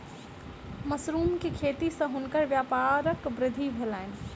mushroom के खेती सॅ हुनकर व्यापारक वृद्धि भेलैन